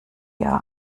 ihr